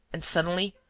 and, suddenly,